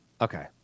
Okay